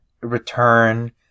return